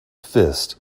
fist